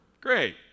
great